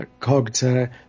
cogta